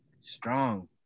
strong